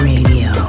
Radio